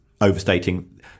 overstating